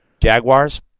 Jaguars